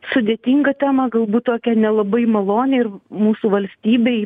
sudėtingą temą galbūt tokią nelabai malonią ir mūsų valstybei